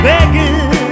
Begging